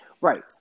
Right